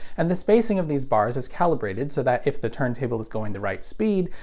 and the spacing of these bars is calibrated so that if the turntable is going the right speed,